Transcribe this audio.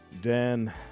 Dan